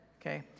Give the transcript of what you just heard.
okay